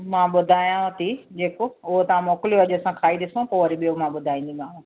मां ॿुधायांव थी जेको उहो तव्हां मोकिलियो अॼु असां खाई ॾिसूं पोइ वरी ॿियों मां ॿुधाईंदीमांव